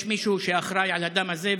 יש מישהו שאחראי לדם הזה,